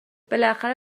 بالاخره